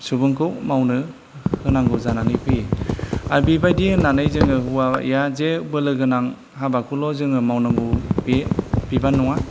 सुबुंखौ मावनो होनांगौ जानानै फैयो आर बेबायदि होननानै जोङो हौवायाजे बोलो गोनां हाबाखौल' जोङो मावनांगौ बे बेबो नङा